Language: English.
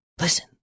Listen